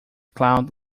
cloud